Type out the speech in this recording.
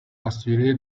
rassuré